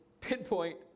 pinpoint